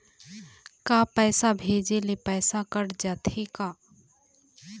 का पैसा भेजे ले पैसा कट जाथे का?